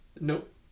Nope